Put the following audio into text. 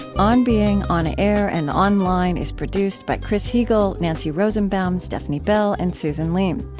on being, on air and online, is produced by chris heagle, nancy rosenbaum, stefni bell, and susan leem.